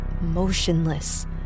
motionless